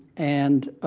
and